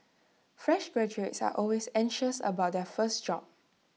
fresh graduates are always anxious about their first job